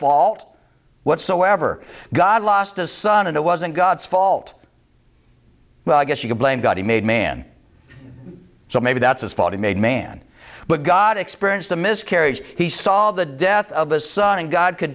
fault whatsoever god lost a son and it wasn't god's fault well i guess you can blame god he made man so maybe that's is faulty made man but god experienced a miscarriage he saw the death of a son and god c